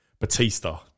Batista